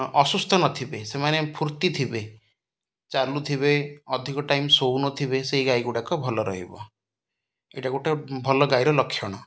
ଅସୁସ୍ଥ ନଥିବେ ସେମାନେ ଫୁର୍ତ୍ତି ଥିବେ ଚାଲୁ ଥିବେ ଅଧିକ ଟାଇମ୍ ଶୋଉ ନ ଥିବେ ସେଇ ଗାଈ ଗୁଡ଼ାକ ଭଲ ରହିବ ଏଇଟା ଗୋଟେ ଭଲ ଗାଈର ଲକ୍ଷଣ